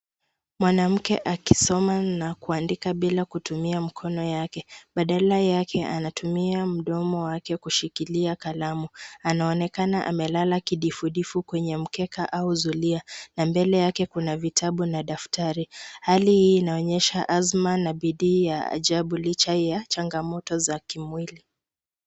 Mwanamke akisoma na kuandika bila kutumia mkono yake. Badala yake, anatumia mdomo wake kushikilia kalamu. Anaonekana amelala kidifudifu kwenye mkeka au zulia, na mbele yake kuna vitabu na daftari. Hali hii inaonyesha azma na bidii ya ajabu licha ya changamoto za kimwili.